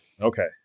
Okay